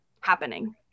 happening